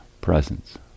presence